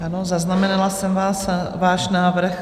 Ano, zaznamenala jsem váš návrh.